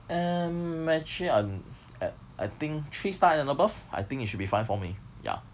um actually I'm I I think three star and above I think it should be fine for me ya